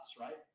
right